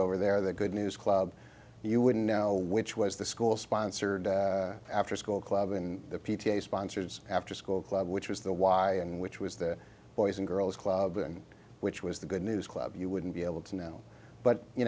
over there the good news club you would know which was the school sponsored after school club and the p t a sponsors after school club which was the why in which was the boys and girls club and which was the good news club you wouldn't be able to now but you